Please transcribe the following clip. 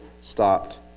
stopped